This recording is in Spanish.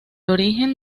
origen